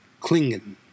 klingen